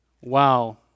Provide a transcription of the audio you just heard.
wow